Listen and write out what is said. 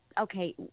Okay